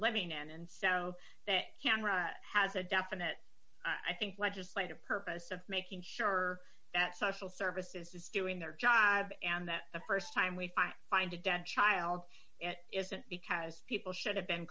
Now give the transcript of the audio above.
living in and so that camera has a definite i think legislative purpose of making sure that social services is doing their job and that the st time we find a dead child it isn't because people should have been